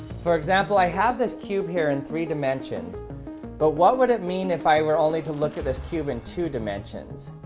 for example, i have this cube here in three dimensions but what would it mean if i were only to look at this cube in two dimensions?